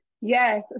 Yes